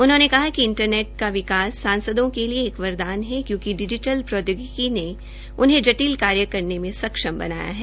उन्होंने कहा कि इंटरनेट का विकास संसदों के लिए एक वरदान है क्योकि डिजीटल प्रौदयोगिकी ने उन्हें जटिल कार्य करने में सक्षम बनाया है